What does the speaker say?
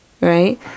Right